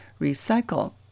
recycle